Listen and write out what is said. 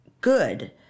good